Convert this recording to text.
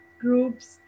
groups